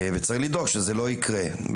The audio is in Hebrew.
וצריך לדאוג שזה לא יקרה.